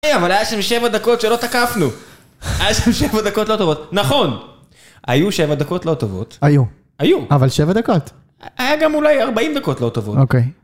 אבל היה שם שבע דקות שלא תקפנו, היה שם שבע דקות לא טובות, נכון! היו שבע דקות לא טובות. היו. היו. אבל שבע דקות. היה גם אולי ארבעים דקות לא טובות. אוקיי.